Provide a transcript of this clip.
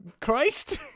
Christ